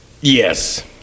Yes